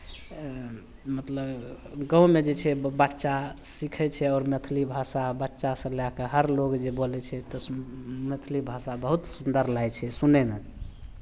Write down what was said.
मतलब गाँवमे जे छै बच्चा सीखै छै आओर मैथिली भाषा बच्चासँ लए कऽ हरलोग जे बोलै छै तऽ सुन मैथिली भाषा बहुत सुन्दर लागै छै सुनयमे